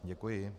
Děkuji.